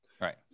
Right